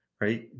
Right